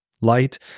light